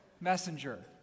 Messenger